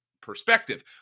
perspective